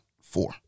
four